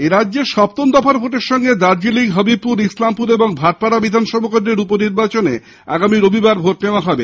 এরাজ্যে সপ্তমদফার ভোটের সঙ্গে দার্জিলিং হবিবপুর ইসলামপুর এবং ভাটপাড়া বিধানসভা কেন্দ্রের উপনির্বাচনে আগামী রবিবার ভোট নেওয়া হবে